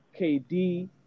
KD